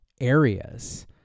areas